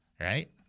right